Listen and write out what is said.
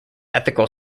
ethical